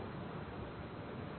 यह है 2f है